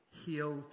heal